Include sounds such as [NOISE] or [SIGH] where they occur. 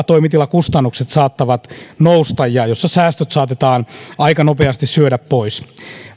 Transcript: [UNINTELLIGIBLE] toimitilakustannukset saattavat nousta ja jossa säästöt saatetaan aika nopeasti syödä pois